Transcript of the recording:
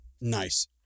nice